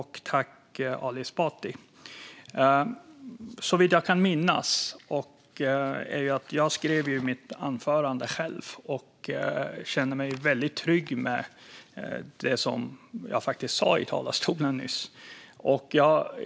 Herr talman! Jag skrev mitt anförande själv och känner mig väldigt trygg med vad jag nyss sa i talarstolen.